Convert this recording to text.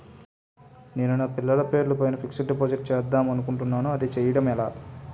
నేను నా పిల్లల పేరు పైన ఫిక్సడ్ డిపాజిట్ చేద్దాం అనుకుంటున్నా అది చేయడం ఎలా?